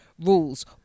Rules